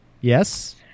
Yes